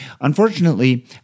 Unfortunately